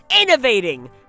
innovating